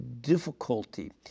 difficulty